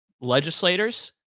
legislators